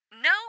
No